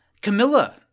Camilla